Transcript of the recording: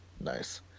Nice